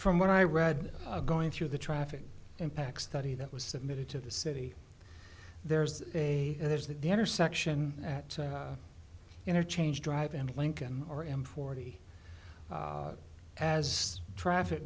from what i read going through the traffic impact study that was submitted to the city there's a there's that the intersection at interchange drive and lincoln or m forty as traffic